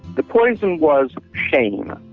the poison was shame,